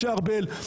משה ארבל,